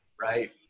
right